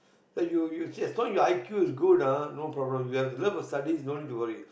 you you see as long your i_q is good ah no problem you have a love for studies no need to worry